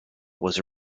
was